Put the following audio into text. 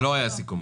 זה לא היה הסיכום.